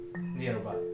nearby